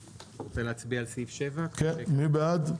סעיף 7, מי בעד?